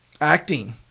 acting